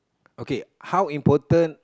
okay how important